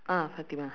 ah fatimah